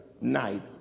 night